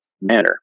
manner